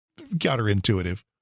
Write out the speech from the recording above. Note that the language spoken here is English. counterintuitive